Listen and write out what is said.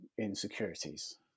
insecurities